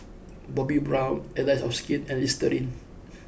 Bobbi Brown Allies of Skin and Listerine